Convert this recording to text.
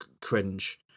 cringe